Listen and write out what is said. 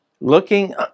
Looking